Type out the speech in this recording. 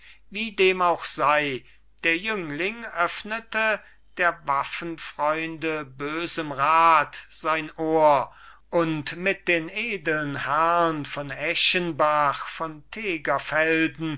wie dem auch sei der jüngling öffnete der waffenfreunde bösem rat sein ohr und mit den edlen herrn von eschenbach von